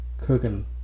cooking